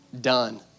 Done